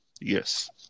Yes